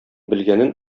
белгәнен